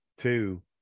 Two